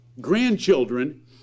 Grandchildren